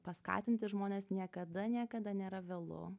paskatinti žmonės niekada niekada nėra vėlu